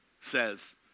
says